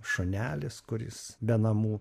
šunelis kuris be namų